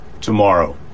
tomorrow